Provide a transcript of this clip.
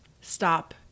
stop